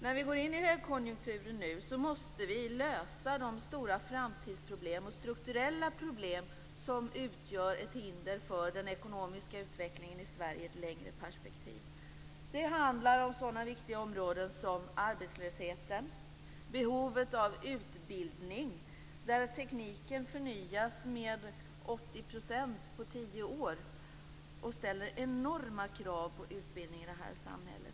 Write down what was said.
När vi nu går in i högkonjunkturen måste vi lösa de stora framtidsproblem och strukturella problem som utgör ett hinder för den ekonomiska utvecklingen i Sverige i ett längre perspektiv. Det handlar om sådana viktiga områden som arbetslösheten och behovet av utbildning. Tekniken förnyas med 80 % på tio år och ställer enorma krav på utbildning i det här samhället.